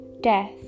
death